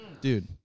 Dude